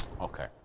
Okay